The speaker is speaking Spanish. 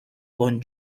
con